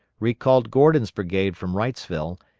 recalled gordon's brigade from wrightsville,